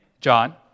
John